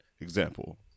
example